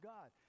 God